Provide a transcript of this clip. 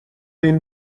این